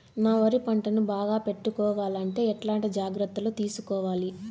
నా వరి పంటను బాగా పెట్టుకోవాలంటే ఎట్లాంటి జాగ్రత్త లు తీసుకోవాలి?